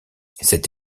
cette